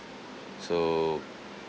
so